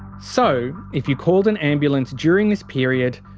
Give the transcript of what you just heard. so if you called an ambulance during this period.